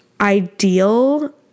ideal